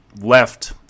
left